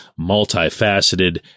multifaceted